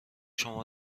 شما